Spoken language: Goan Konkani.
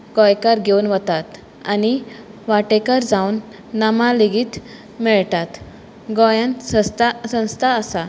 गोंयकार घेवन वतात आनी वांटेकार जावन इनामां लेगीत मेळटात गोंयांत सस्ता संस्था आसा